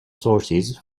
sources